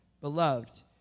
Beloved